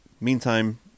meantime